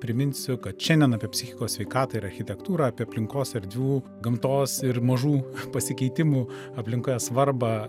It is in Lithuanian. priminsiu kad šiandien apie psichikos sveikatą ir architektūrą apie aplinkos erdvių gamtos ir mažų pasikeitimų aplinkoje svarbą